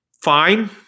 fine